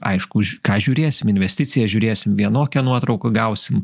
aišku už ką žiūrėsim investicijas žiūrėsim vienokią nuotrauką gausim